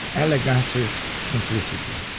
elegance is simplicity.